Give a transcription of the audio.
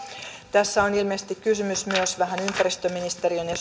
tässä on ilmeisesti kysymys myös vähän ympäristöministeriön ja